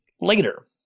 later